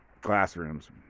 classrooms